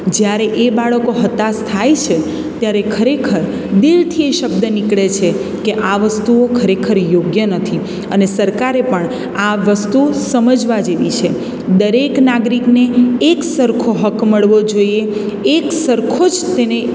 જ્યારે એ બાળકો હતાશ થાય છે ત્યારે ખરેખર દિલથી એ શબ્દ નીકળે છે કે આ વસ્તુઓ ખરેખર યોગ્ય નથી અને સરકારે પણ આ વસ્તુ સમજવા જેવી છે દરેક નાગરિકને એક સરખો હક મળવો જોઈએ એક સરખો જ તેને